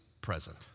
present